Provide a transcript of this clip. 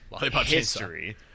history